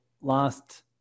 last